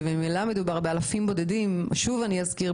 ומדובר באלפים בודדים -- שוב אני אזכיר,